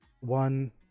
one